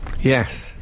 Yes